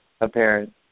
apparent